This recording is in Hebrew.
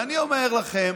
ואני אומר לכם,